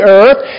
earth